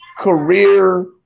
career